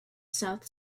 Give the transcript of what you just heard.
south